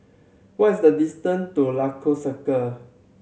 what is the distance to Lagos Circle